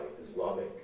Islamic